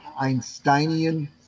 Einsteinian